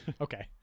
Okay